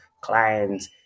clients